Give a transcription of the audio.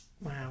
Wow